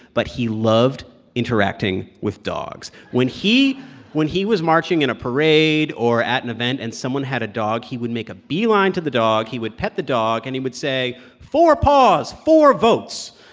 but he loved interacting with dogs. when he when he was marching in a parade or at an event and someone had a dog, he would make a beeline to the dog. he would pet the dog and he would say, four paws four votes